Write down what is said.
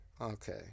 Okay